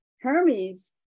Hermes